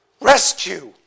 Rescue